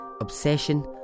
obsession